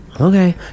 Okay